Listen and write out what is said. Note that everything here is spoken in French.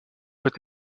peut